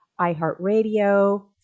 iheartradio